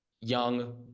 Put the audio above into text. young